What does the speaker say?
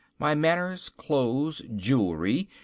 my manner, clothes, jewelry,